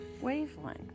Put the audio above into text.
wavelength